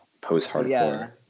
post-hardcore